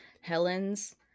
Helen's